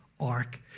ark